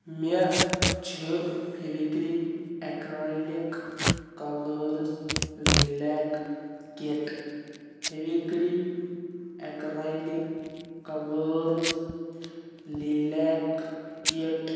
مےٚ چھِ Fevicryl acrylic colours لِلیک کِٹ فیٛوِکری ایٚکرایلِک کلٲرٕز لِلیک کِٹ